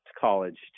college